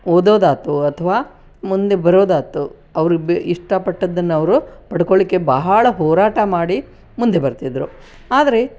ಓದೋದಾಯ್ತು ಅಥವಾ ಮುಂದೆ ಬರೋದಾಯ್ತು ಅವ್ರಿಗೆ ಬೇ ಇಷ್ಟಪಟ್ಟದ್ದನ್ನು ಅವರು ಪಡ್ಕೊಳ್ಳಿಕ್ಕೆ ಬಹಳ ಹೋರಾಟ ಮಾಡಿ ಮುಂದೆ ಬರ್ತಿದ್ರು ಆದರೆ